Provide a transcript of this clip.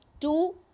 two